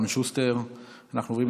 אינו נוכח,